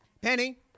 Penny